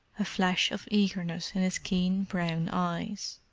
a flash of eagerness in his keen brown eyes.